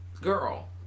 girl